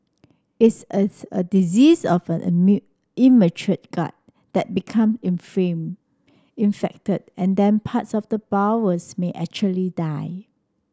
it's a a disease of an immature gut that become inflamed infected and then parts of the bowels may actually die